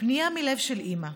של אימא: